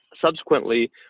subsequently